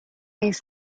نیز